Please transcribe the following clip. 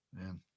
man